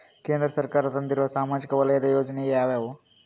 ಕೇಂದ್ರ ಸರ್ಕಾರ ತಂದಿರುವ ಸಾಮಾಜಿಕ ವಲಯದ ಯೋಜನೆ ಯಾವ್ಯಾವು?